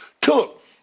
took